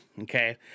okay